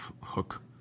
hook